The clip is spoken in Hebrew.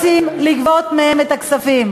על מה רוצים לגבות מהם את הכספים?